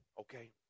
okay